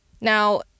Now